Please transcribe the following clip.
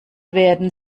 werden